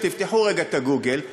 תפתחו רגע את גוגל,